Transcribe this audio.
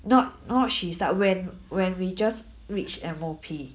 not not she start when when we just reach M_O_P